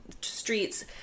streets